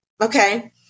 okay